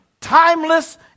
Timeless